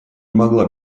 могла